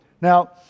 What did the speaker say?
Now